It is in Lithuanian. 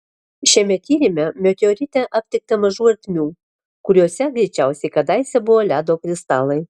šiame tyrime meteorite aptikta mažų ertmių kuriose greičiausiai kadaise buvo ledo kristalai